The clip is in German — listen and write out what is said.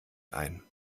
ein